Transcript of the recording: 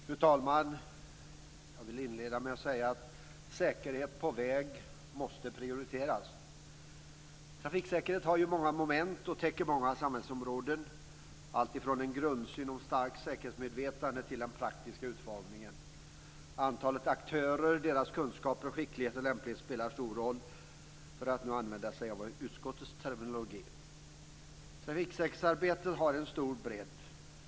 Fru talman! Jag vill inleda med att säga att säkerheten på vägen måste prioriteras. Trafiksäkerheten har ju många moment och täcker många samhällsområden, alltifrån en grundsyn kring ett starkt säkerhetsmedvetande till den praktiska utformningen. Antalet aktörer samt deras kunskaper, skicklighet och lämplighet spelar stor roll - för att använda utskottets terminologi. Trafiksäkerhetsarbetet har en stor bredd.